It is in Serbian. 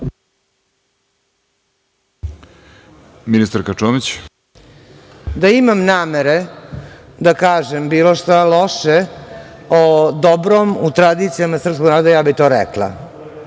**Gordana Čomić** Da imam namere da kažem bilo šta loše o dobrom u tradicijama srpskog naroda, ja bih to rekla,